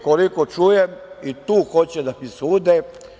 Koliko čujem, i tu hoće da mi sude.